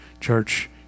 Church